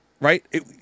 right